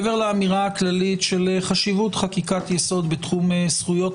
מעבר לאמירה הכללית של חשיבות חקיקת יסוד בתחום זכויות